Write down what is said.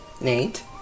Nate